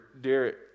Derek